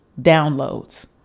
downloads